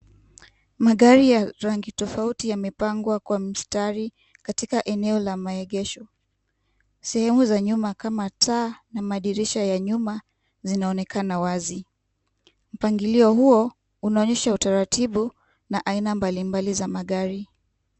Magari ya rangi tofauti yamepangwa kwa msatari katika eneo la maegesho, sehemu za nyuma kama vile taa, na madirisha ya nyuma zinaonekana wazi , mpangilio huo unaonyesha utaratibu na aina mbalimbali za magari.